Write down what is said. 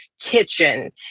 kitchen